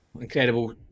incredible